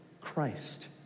Christ